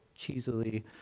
cheesily